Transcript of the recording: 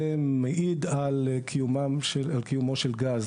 זה מעיד על קיומו של גז